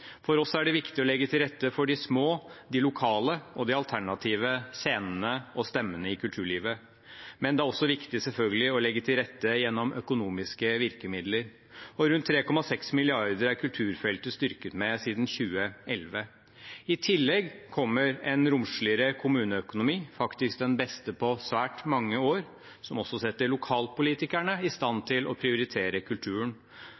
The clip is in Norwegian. For oss er det viktig å legge til rette for de små, de lokale, og de alternative scenene og stemmene i kulturlivet. Men det er også viktig, selvfølgelig, å legge til rette gjennom økonomiske virkemidler. Rundt 3,6 mrd. kr er kulturfeltet styrket med siden 2011. I tillegg kommer en romsligere kommuneøkonomi – faktisk den beste på svært mange år – som også setter lokalpolitikerne i stand til å prioritere kulturen.